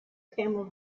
camel